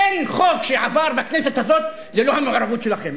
אין חוק שעבר בכנסת הזאת ללא המעורבות שלכם.